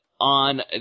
on